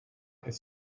ist